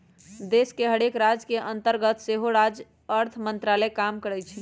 देश के हरेक राज के अंतर्गत सेहो राज्य अर्थ मंत्रालय काम करइ छै